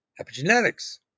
epigenetics